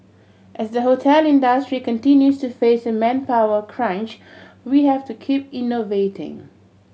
as the hotel industry continues to face a manpower crunch we have to keep innovating